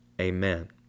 amen